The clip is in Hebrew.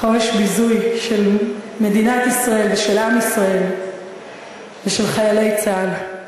חופש ביזוי של מדינת ישראל ושל עם ישראל ושל חיילי צה"ל.